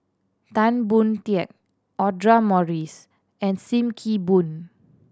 Tan Boon Teik Audra Morrice and Sim Kee Boon